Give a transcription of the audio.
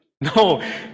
No